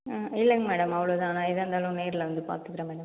இல்லைங்க மேடம் அவ்வளோதான் நான் ஏதா இருந்தாலும் நேரில் வந்து பார்த்துக்குறேன் மேடம்